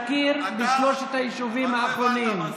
להכיר בשלושת היישובים האחרונים,